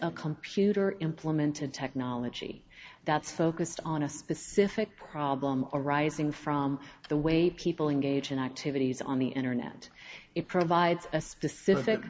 a computer implemented technology that's focused on a specific problem arising from the way people engage in activities on the internet it provides a specific